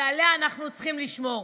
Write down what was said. ועליה אנחנו צריכים לשמור,